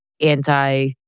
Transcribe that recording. anti-